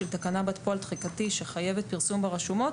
של תקנה בת פועל תחיקתי שחייבת פרסום ברשומות